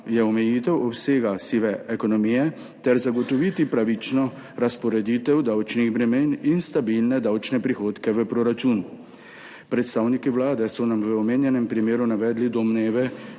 omejitev obsega sive ekonomije ter zagotovitev pravične razporeditve davčnih bremen in stabilnih davčnih prihodkov v proračun. Predstavniki Vlade so nam v omenjenem primeru navedli domneve